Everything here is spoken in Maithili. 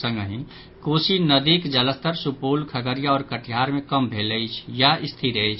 संगहि कोसी नदीक जलस्तर सुपौल खगड़िया आओर कटिहार मे कम भेल अछि या स्थिर अछि